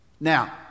Now